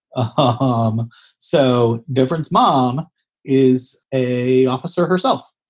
ah ah um so difference mom is a officer herself,